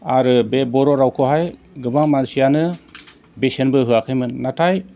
आरो बे बर' रावखौहाय गोबां मानसियानो बेसेनबो होआखैमोन नाथाय